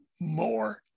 more